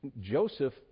joseph